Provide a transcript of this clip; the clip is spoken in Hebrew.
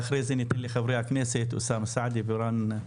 ואחרי זה ניתן לחברי הכנסת אוסאמה סעדי ורון.